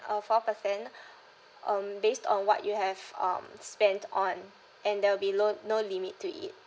uh four percent um based on what you have um spent on and there will be low no limit to it